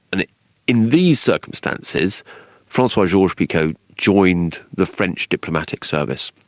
and in these circumstances francois georges-picot joined the french diplomatic service.